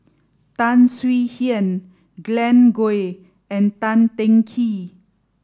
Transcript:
Tan Swie Hian Glen Goei and Tan Teng Kee